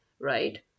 right